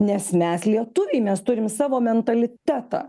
nes mes lietuviai mes turim savo mentalitetą